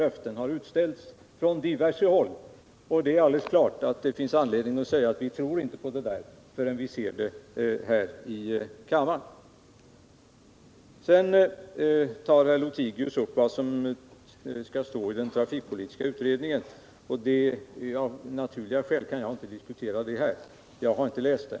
Löften har också utställts från diverse andra håll, men de ständiga uppskoven gör att det finns anledning att säga att man inte kan tro på löftena förrän man ser propositionen här i kammaren. Sedan tog herr Lothigius upp vad som kommer att stå i den trafikpolitiska utredningen. Av naturliga skäl kan jag inte diskutera den saken här, eftersom jag inte har läst den.